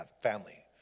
family